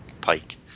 pike